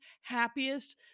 happiest